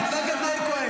חבר הכנסת מאיר כהן.